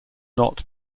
not